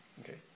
Okay